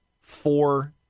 four